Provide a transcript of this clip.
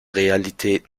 realität